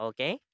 Okay